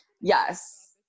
yes